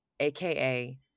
AKA